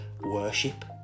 worship